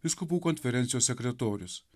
vyskupų konferencijos sekretorius